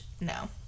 no